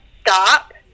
stop